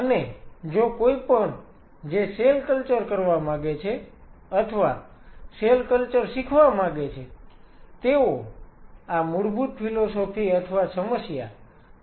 અને જો કોઈપણ જે સેલ કલ્ચર કરવા માંગે છે અથવા સેલ કલ્ચર શીખવા માંગે છે તેઓ આ મૂળભૂત ફિલોસોફી અથવા સમસ્યા અથવા સીમા ચિન્હની કદર કરશે